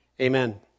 Amen